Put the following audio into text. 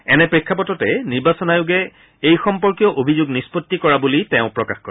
এনে প্ৰেক্ষাপটতে নিৰ্বাচন আয়োগে এই সম্পৰ্কীয় অভিযোগ নিষ্পত্তি কৰা বুলি তেওঁ প্ৰকাশ কৰে